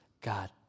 God